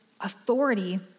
authority